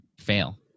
fail